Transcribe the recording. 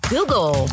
Google